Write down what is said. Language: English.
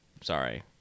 sorry